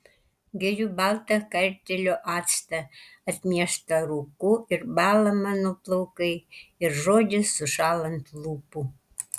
geriu baltą kartėlio actą atmieštą rūku ir bąla mano plaukai ir žodis sušąla ant lūpų